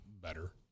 better